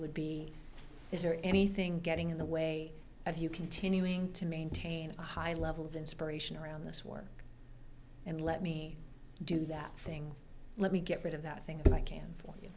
would be is there anything getting in the way of you continuing to maintain a high level of inspiration around this work and let me do that thing let me get rid of that thing i can for